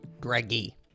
greggy